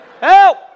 Help